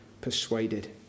persuaded